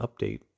update